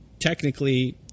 technically